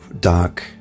dark